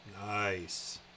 nice